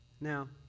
Now